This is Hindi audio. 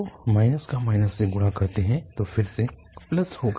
तो का से गुणा करते है तो फिर से होगा